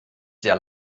sehr